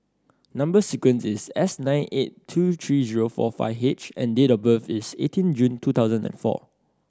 number sequence is S nine eight two three zero four five H and date of birth is eighteen June two thousand and four